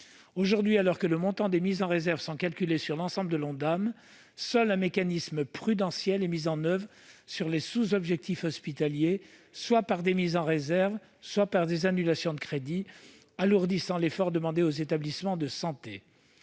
Aujourd'hui, alors que le montant des mises en réserve est calculé sur l'ensemble de l'Ondam, seul un mécanisme prudentiel est mis en oeuvre sur les sous-objectifs hospitaliers, soit par des mises en réserve, soit par des annulations de crédits, alourdissant l'effort demandé aux établissements de santé.